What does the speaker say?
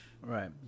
right